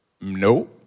No